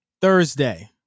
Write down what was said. thursday